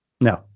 No